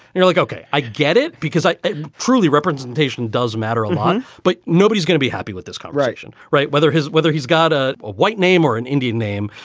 you're like, okay, i get it, because i truly representation does matter a lot. but nobody is gonna be happy with this conversation. right, whether his whether he's got ah a white name or an indian name.